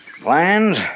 Plans